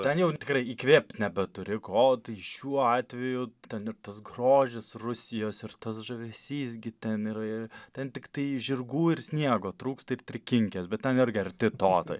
ten jau tikrai įkvėpti nebeturi ko tai šiuo atveju ten ir tas grožis rusijos ir tas žavesys gi ten ir ir ten tiktai žirgų ir sniego trūksta ir trikinkės bet ten irgi arti to tai